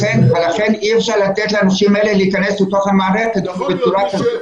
לכן אי אפשר לתת לאנשים האלה להיכנס לתוך המערכת בצורה כזאת.